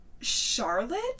Charlotte